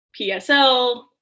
PSL